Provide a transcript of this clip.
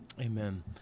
Amen